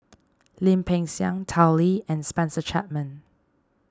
Lim Peng Siang Tao Li and Spencer Chapman